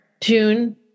June